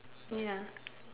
ya